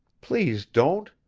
please don't.